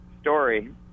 story